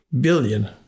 billion